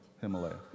Himalaya